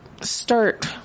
start